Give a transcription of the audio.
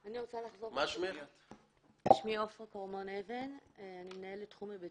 אני שמח שעמדת המשרדים